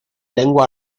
lengua